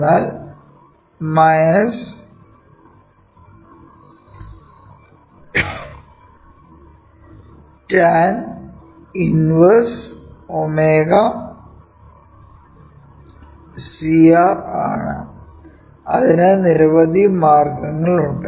എന്നാൽ tan 1 ω CR ആണ് അതിന് നിരവധി മാർഗങ്ങളുണ്ട്